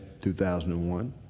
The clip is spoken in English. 2001